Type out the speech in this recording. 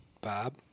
Bob